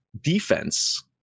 defense